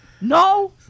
No